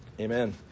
Amen